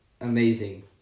amazing